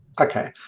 Okay